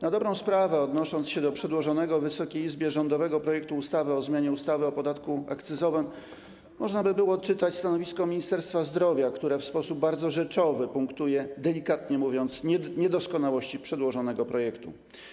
Na dobrą sprawę, odnosząc się do przedłożonego Wysokiej Izbie rządowego projektu ustawy o zmianie ustawy o podatku akcyzowym, można by było odczytać stanowisko Ministerstwa Zdrowia, które w sposób bardzo rzeczowy punktuje, delikatnie mówiąc, niedoskonałości przedłożonego projektu.